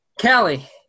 Callie